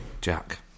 Jack